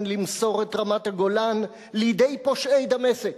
למסור את רמת-הגולן לידי פושעי דמשק.